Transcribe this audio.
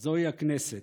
זוהי הכנסת.